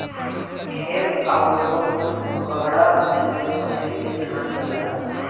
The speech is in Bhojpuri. खेत आउरू गड़हा में से मछली के छान लियाला